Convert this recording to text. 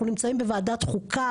אנחנו נמצאים בוועדת חוקה,